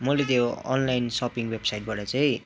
मैले त्यो online shopping वेबसाइटबाट चाहिँ